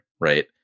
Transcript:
Right